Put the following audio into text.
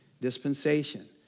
dispensation